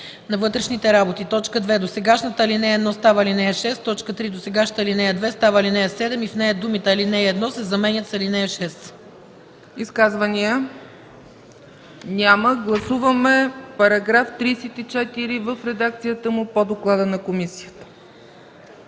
Изказвания? Няма. Гласуваме § 34 в редакцията му по доклада на комисията.